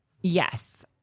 Yes